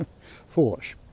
foolish